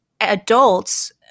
adults